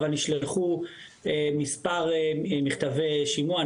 אבל נשלחו מספר מכתבי שימוע,